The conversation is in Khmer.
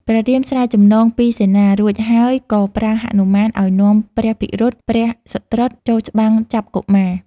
ព្រះរាមស្រាយចំណងពីសេនា រួចហើយក៏ប្រើហនុមានឱ្យនាំព្រះភិរុត ព្រះសុត្រុតចូលច្បាំងចាប់កុមារ។